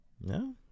No